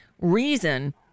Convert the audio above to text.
reason